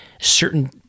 certain